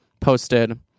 posted